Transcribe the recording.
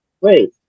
wait